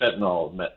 fentanyl